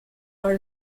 are